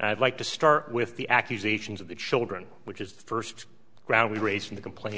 and i'd like to start with the accusations of the children which is the first ground we raised in the complaint